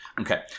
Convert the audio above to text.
Okay